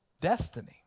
Destiny